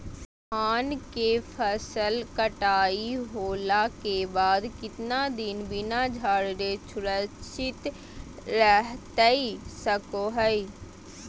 धान के फसल कटाई होला के बाद कितना दिन बिना झाड़ले सुरक्षित रहतई सको हय?